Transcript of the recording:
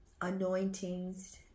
anointings